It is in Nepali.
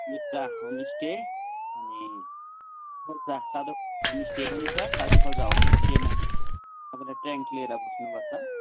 लेप्चा होमस्टे अनि एउटा होमस्टे पनि छ साधु खोल्सा होमस्टेमा चाहिँ तपाईँले टेन्ट लिएर बस्नुपर्छ